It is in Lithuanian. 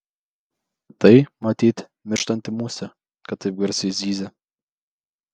tai matyt mirštanti musė kad taip garsiai zyzia